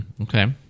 okay